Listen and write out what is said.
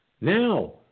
now